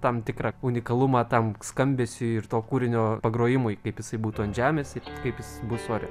tam tikrą unikalumą tam skambesiui ir to kūrinio pagrojimui kaip jisai būtų ant žemės ir kaip jis bus ore